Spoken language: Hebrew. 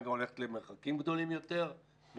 גם הולכת למרחקים גדולים יותר ובאופן